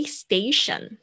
station